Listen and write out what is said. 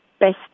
best